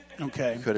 Okay